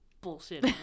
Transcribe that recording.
bullshit